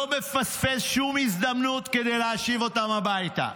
לא מפספס שום הזדמנות כדי להשיב אותם הביתה.